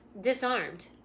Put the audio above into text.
disarmed